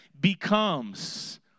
becomes